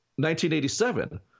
1987